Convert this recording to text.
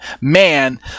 man